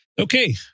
Okay